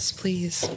please